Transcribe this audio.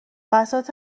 بساط